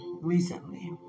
recently